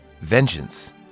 vengeance